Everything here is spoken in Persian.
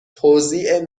توزیع